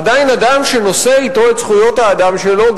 עדיין אדם שנושא אתו את זכויות האדם שלו,